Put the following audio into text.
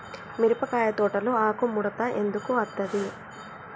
మిరపకాయ తోటలో ఆకు ముడత ఎందుకు అత్తది?